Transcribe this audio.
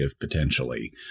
potentially